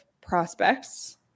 prospects